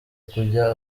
kujya